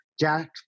Jack